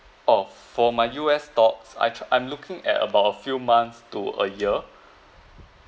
oh for my U_S stocks I tr~ I'm looking at about a few months to a year